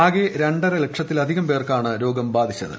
ആകെ രണ്ടര ലക്ഷത്തിലധികം പേർക്കാണ് രോഗം ബാധിച്ചത്